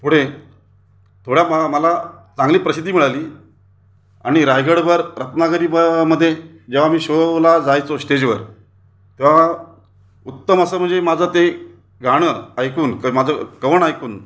पुढे थोडा मा मला चांगली प्रसिद्धी मिळाली आणि रायगडवर रत्नागिरी मध्ये जेव्हा मी शो ला जायचो स्टेजवर तेव्हा उत्तम असं म्हणजे माझं ते गाणं ऐकून क माझं कवन ऐकून